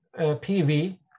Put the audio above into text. PV